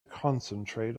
concentrate